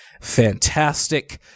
fantastic